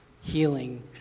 healing